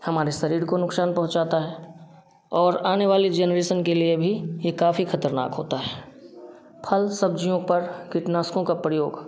हमारे शरीर को नुकसान पहुँचाता है और आने वाली जेनरेसन के लिए भी ये काफ़ी खतरनाक होता है फल सब्जियों पर कीटनाशकों का प्रयोग